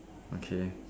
okay